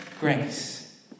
grace